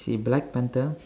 see black panther